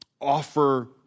offer